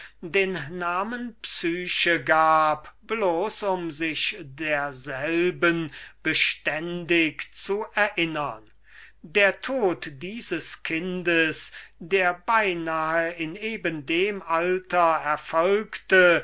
den namen psyche gab bloß um sich derselben beständig zu erinnern der tod dieses kindes der beinahe in eben dem alter erfolgte